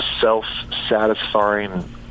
self-satisfying